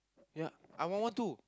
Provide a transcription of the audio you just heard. ya I one one two